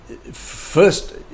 first